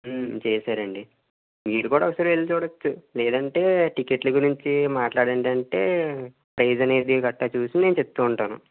చేసారండి మీరు కూడా ఒకసారి వెళ్ళి చూడవచ్చు లేదంటే టికెట్లు గురించి మాట్లాడండంటే ప్రైజ్ అనేది గట్టా చూసి నేను చెప్తూ ఉంటాను